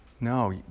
no